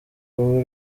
kuba